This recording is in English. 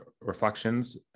reflections